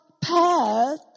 path